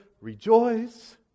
rejoice